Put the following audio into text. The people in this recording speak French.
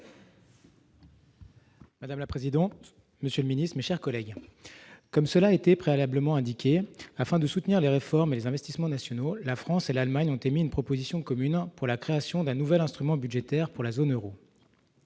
Madame la présidente, monsieur le Ministre, mes chers collègues, comme cela a été préalablement indiqué afin de soutenir les réformes et les investissements nationaux, la France et l'Allemagne ont émis une proposition commune pour la création d'un nouvel instrument budgétaire pour la zone Euro.